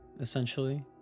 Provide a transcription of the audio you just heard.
Essentially